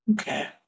okay